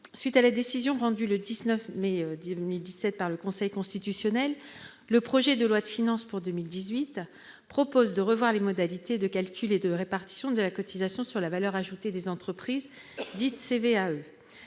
fait de la décision rendue le 19 mai 2017 par le Conseil constitutionnel, le projet de loi de finances pour 2018 prévoit de revoir les modalités de calcul et de répartition de la cotisation sur la valeur ajoutée des entreprises, la CVAE.